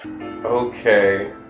Okay